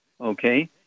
okay